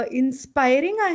inspiring